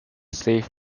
save